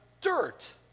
dirt